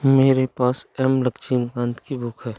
मेरे पास एम लक्ष्मीकांत की बुक है